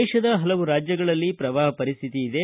ದೇಶದ ಹಲವು ರಾಜ್ಯಗಳಲ್ಲಿ ಪ್ರವಾಹ ಪರಿಸ್ಥಿತಿ ಇದೆ